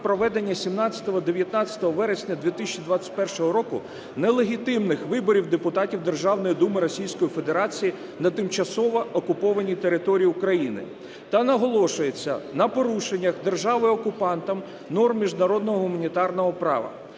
проведення 17-19 вересня 2021 року нелегітимних виборів депутатів Державної Думи Російської Федерації на тимчасово окупованій території України, та наголошується на порушеннях державою-окупантом норм міжнародного гуманітарного права.